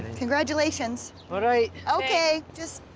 congratulations. all right. okay, just